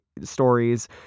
stories